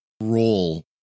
role